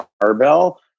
barbell